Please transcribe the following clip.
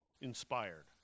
inspired